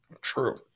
True